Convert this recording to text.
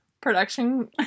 production